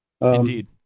Indeed